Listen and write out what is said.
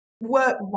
work